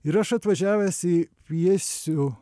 ir aš atvažiavęs į pjesių